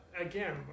again